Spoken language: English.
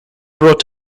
brought